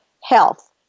health